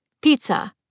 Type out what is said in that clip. Pizza